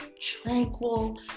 tranquil